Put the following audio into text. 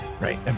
Right